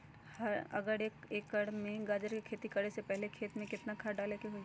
अगर एक एकर में गाजर के खेती करे से पहले खेत में केतना खाद्य डाले के होई?